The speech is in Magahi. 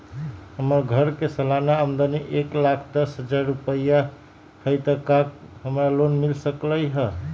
हमर घर के सालाना आमदनी एक लाख दस हजार रुपैया हाई त का हमरा लोन मिल सकलई ह?